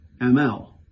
ML